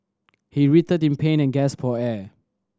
he writhed in pain and gasped for air